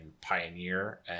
Pioneer